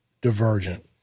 Divergent